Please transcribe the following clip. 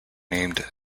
named